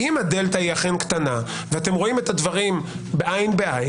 אם הדלתא היא אכן קטנה ואתם רואים את הדברים עין בעין